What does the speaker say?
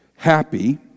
happy